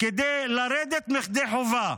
כדי לצאת ידי חובה,